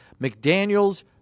McDaniels